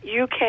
UK